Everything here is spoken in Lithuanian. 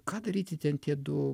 ką daryti ten tiedu